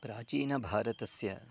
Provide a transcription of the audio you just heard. प्राचीनभारतस्य